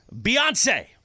Beyonce